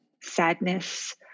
sadness